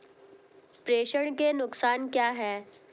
प्रेषण के नुकसान क्या हैं?